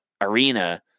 arena